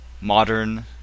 modern